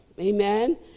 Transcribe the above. Amen